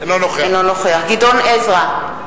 אינו נוכח גדעון עזרא,